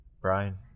brian